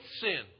sin